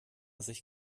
sich